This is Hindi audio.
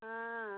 हाँ